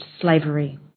slavery